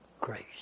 grace